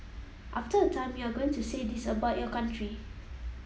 after a time you are going to say this about your country